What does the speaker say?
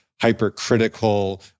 Hypercritical